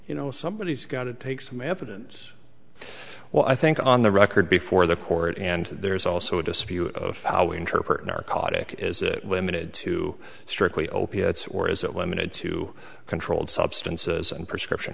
you know somebody has got to take some evidence well i think on the record before the court and there's also a dispute of how we interpret a narcotic is it limited to strictly opiates or is it limited to controlled substances and prescription